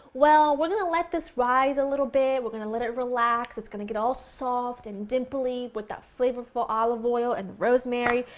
well, we're going to let this rise a little bit, we're going to let it relax, it's going to get all soft and dimply with that flavorful olive oil and rosemary,